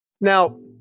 Now